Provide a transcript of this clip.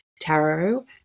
Tarot